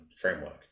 framework